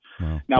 Now